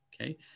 Okay